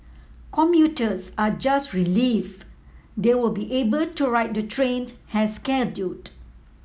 commuters are just relieved they will be able to ride the trains as scheduled